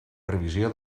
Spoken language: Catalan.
revisió